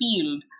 field